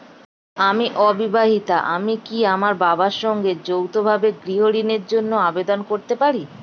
আমি অবিবাহিতা আমি কি আমার বাবার সঙ্গে যৌথভাবে গৃহ ঋণের জন্য আবেদন করতে পারি?